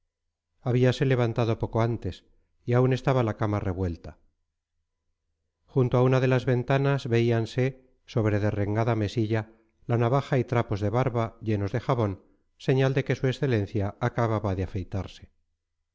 escribir habíase levantado poco antes y aún estaba la cama revuelta junto a una de las ventanas veíanse sobre derrengada mesilla la navaja y trapos de barba llenos de jabón señal de que su excelencia acababa de afeitarse